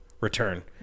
return